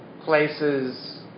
places